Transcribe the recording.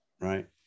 Right